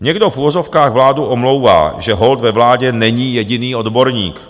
Někdo v uvozovkách vládu omlouvá, že holt ve vládě není jediný odborník.